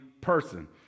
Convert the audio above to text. person